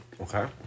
Okay